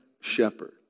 shepherd